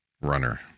runner